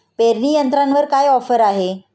पेरणी यंत्रावर काय ऑफर आहे?